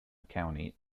county